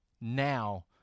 now